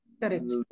Correct